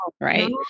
right